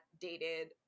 dated